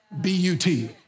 B-U-T